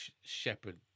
shepherd